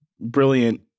brilliant